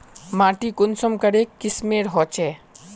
माटी कुंसम करे किस्मेर होचए?